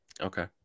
Okay